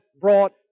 brought